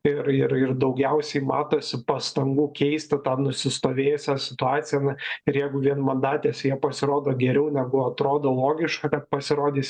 ir ir ir daugiausiai matosi pastangų keisti nusistovėjusią situaciją na ir jeigu vienmandatėse jie pasirodo geriau negu atrodo logiška kad pasirodys